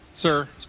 Sir